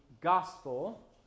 gospel